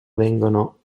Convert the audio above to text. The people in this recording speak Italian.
vengono